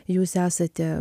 jūs esate